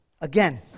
Again